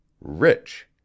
Rich